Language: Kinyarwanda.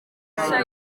nshya